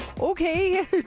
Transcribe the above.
Okay